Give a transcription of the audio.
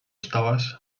czytałaś